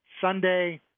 Sunday